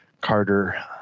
Carter